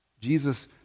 Jesus